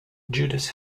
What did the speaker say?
judas